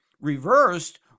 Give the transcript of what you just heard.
reversed